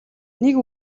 нэг